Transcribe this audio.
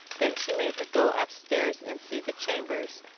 then she made her go upstairs and see the chambers,